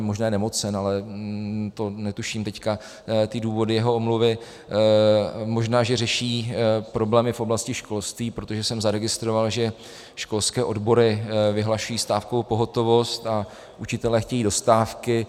Možná je nemocen, netuším teď důvody jeho omluvy, možná že řeší problémy v oblasti školství, protože jsem zaregistroval, že školské odbory vyhlašují stávkovou pohotovost a učitelé chtějí do stávky.